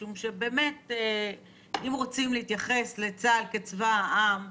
משום שאם רוצים להתייחס לצה"ל כצבא העם,